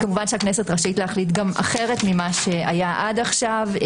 כמובן שהכנסת רשאית להחליט גם אחרת ממה שהיה עד עכשיו.